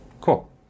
Cool